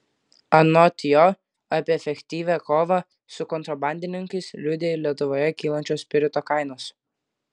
anot jo apie efektyvią kovą su kontrabandininkais liudija ir lietuvoje kylančios spirito kainos